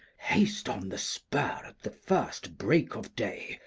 haste on the spur, at the first break of day,